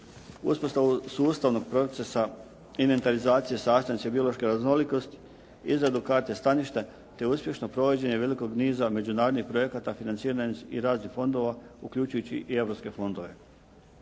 uspostavu sustavnog procesa inventarizacije sastavnice biološke raznolikosti, izradu karte staništa, te uspješno provođenje velikog niza međunarodnih projekata financiranja i raznih fondova uključujući i europske fondove.